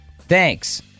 Thanks